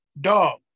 Dog